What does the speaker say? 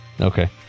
Okay